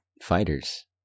fighters